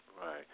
right